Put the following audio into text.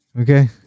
Okay